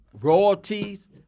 royalties